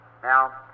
Now